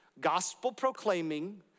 gospel-proclaiming